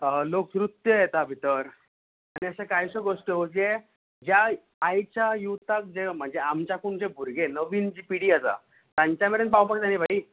लोकनृत्य येता भितर आनी अश्यो काहिश्यो गोशट्यो जे ज्या आयच्या युताक जे म्हणजे आमच्याकून जे भुरगें नवीन जी पिडी आसा ताच्या मेरेन पावपाक जाय न्हय भाई